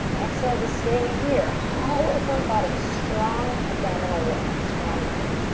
exhale to stay here. hollow front body, strong abdominal wall, strong core.